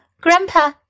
Grandpa